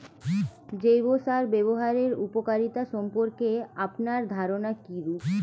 জৈব সার ব্যাবহারের উপকারিতা সম্পর্কে আপনার ধারনা কীরূপ?